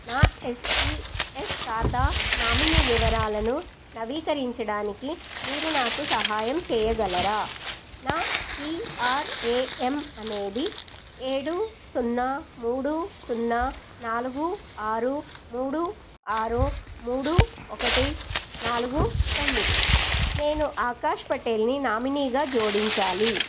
నా ఎస్పీఎస్ ఖాతా నామినీ వివరాలను నవీకరించడానికి మీరు నాకు సహాయం చెయ్యగలరా నా పీఆర్ఏఎం అనేది ఏడు సున్నా మూడు సున్నా నాలుగు ఆరు మూడు ఆరు మూడు ఒకటి నాలుగు తొమ్మిది నేను ఆకాష్ పటేల్ని నామినీగా జోడించాలి